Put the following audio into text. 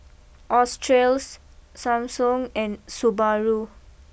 Australis Samsung and Subaru